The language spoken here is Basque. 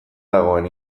dagoen